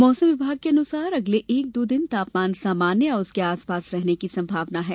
मौसम विभाग के अनुसार अगले एक दो दिन तापमान सामान्य या उसके आसपास रहने की संभावना है